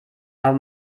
aber